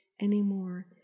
anymore